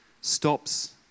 stops